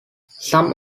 some